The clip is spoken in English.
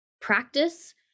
Practice